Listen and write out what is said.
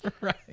Right